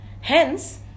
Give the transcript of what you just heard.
Hence